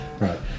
right